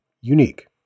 Unique